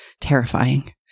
terrifying